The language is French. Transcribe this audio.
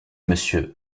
monsieur